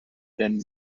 than